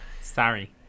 Sorry